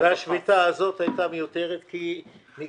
הרווחה והשירותים החברתיים חיים כץ: כן.